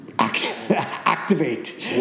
activate